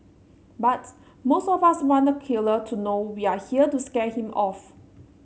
but most of us want the killer to know we are here to scare him off